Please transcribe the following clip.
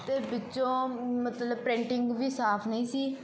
ਅਤੇ ਵਿੱਚੋਂ ਮਤਲਬ ਪ੍ਰਿੰਟਿੰਗ ਵੀ ਸਾਫ਼ ਨਹੀਂ ਸੀ